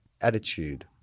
attitude